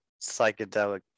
psychedelic